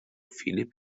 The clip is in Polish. filip